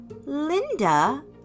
Linda